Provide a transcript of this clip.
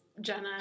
Jenna